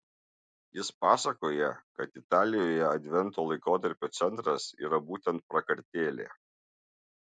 jis pasakoja kad italijoje advento laikotarpio centras yra būtent prakartėlė